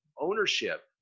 ownership